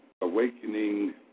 awakening